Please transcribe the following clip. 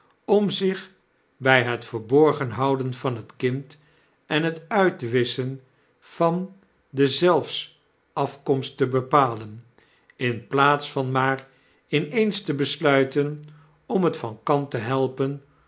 om zich by het verborgen houden van het kind en het uitwisschen van deszelfs afkomst te bepalen in plaats van maar in eens te besluiten om het van kant te helpen